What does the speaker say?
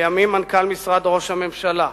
לימים מנכ"ל משרד ראש הממשלה,